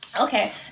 okay